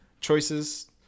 choices